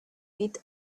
with